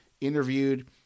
interviewed